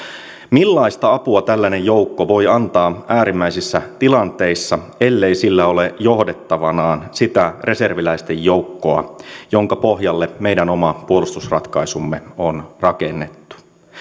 millaista apua tällainen joukko voi antaa äärimmäisissä tilanteissa ellei sillä ole johdettavanaan sitä reserviläisten joukkoa jonka pohjalle meidän oma puolustusratkaisumme on rakennettu